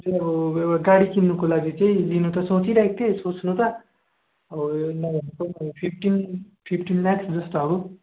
यो चाहिँ एउटा गाडी किन्नुको लागि चाहिँ लिनु त सोचिरहेको थिएँ सोच्नु त अब यो फिफ्टिन फिफ्टिन लाख्स जस्ताहरू